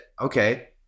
Okay